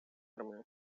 армию